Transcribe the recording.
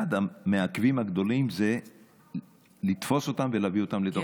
אחד המעכבים הגדולים זה לתפוס אותם ולהביא אותם לתוך המוסד.